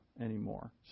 anymore